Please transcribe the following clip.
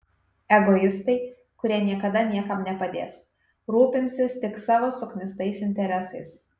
egoistai kurie niekada niekam nepadės rūpinsis tik savo suknistais interesais